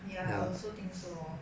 ya I also think so